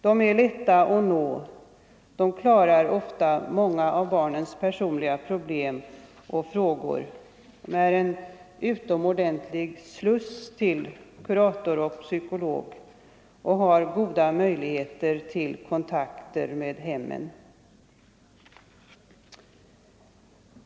De är lätta att nå, de klarar ofta många av barnens personliga problem och frågor, de är en utomordentlig sluss till kurator och psykolog, och de har goda möjligheter till kontakter med hemmen.